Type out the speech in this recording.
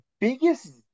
biggest